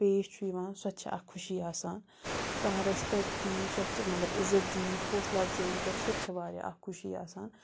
پیش چھُ یِوان سۄ تہِ چھےٚ اَکھ خوشی آسان کانٛہہ رٮ۪سپٮ۪ک دیہِ سۄ تہِ چھِ مطلب عزت دی حوصلَہ اَفضٲیی کَرِ سۄ تہِ چھےٚ واریاہ اَکھ خوشی آسان